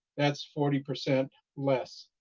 that's forty percent less.